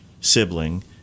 sibling